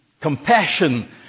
compassion